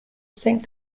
saint